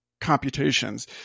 Computations